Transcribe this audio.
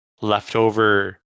leftover